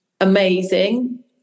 amazing